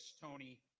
Tony